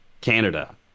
canada